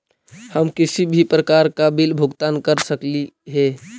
हम किसी भी प्रकार का बिल का भुगतान कर सकली हे?